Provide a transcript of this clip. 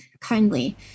kindly